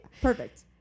Perfect